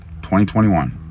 2021